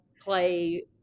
play